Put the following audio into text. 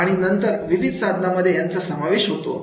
आणि नंतर विविध साधने यांचा समावेश होतो